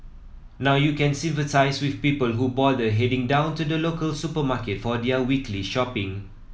now you can sympathise with people who bother heading down to the local supermarket for their weekly shopping